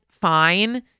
fine